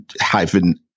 hyphen